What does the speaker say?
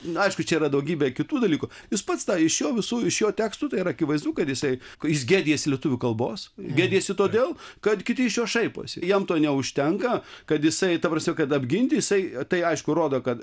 na aišku čia yra daugybė kitų dalykų jūs pats tą iš jo visų iš jo tekstų yra akivaizdu kad jisai jis gėdijasi lietuvių kalbos gėdijasi todėl kad kiti iš jo šaiposi jam to neužtenka kad jisai ta prasme kad apginti jisai tai aišku rodo kad